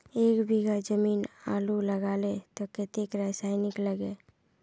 एक बीघा जमीन आलू लगाले तो कतेक रासायनिक लगे?